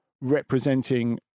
representing